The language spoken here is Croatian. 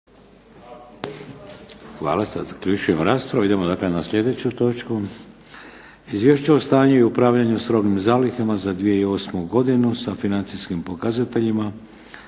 Vladimir (HDZ)** Idemo dakle na sljedeću točku - Izvješće o stanju i upravljanju s robnim zalihama za 2008. godinu sa financijskim pokazateljima